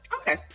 Okay